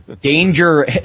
Danger